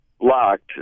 locked